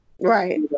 Right